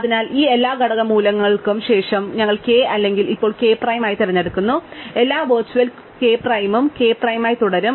അതിനാൽ ഈ എല്ലാ ഘടക മൂല്യങ്ങൾക്കും ശേഷം ഞങ്ങൾ k അല്ലെങ്കിൽ ഇപ്പോൾ k പ്രൈം ആയി തിരഞ്ഞെടുക്കുന്നു എല്ലാ വെർച്വൽ k പ്രൈമും k പ്രൈം ആയി തുടരും